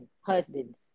husbands